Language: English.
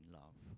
love